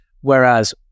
Whereas